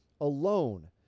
alone